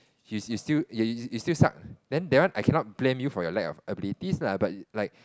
you you still you you still suck then that one I cannot blame you for your lack of abilities lah but like